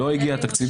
לא הגיע תקציב.